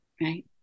Right